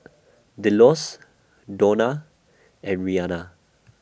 Delos Donna and Rianna